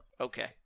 Okay